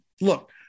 look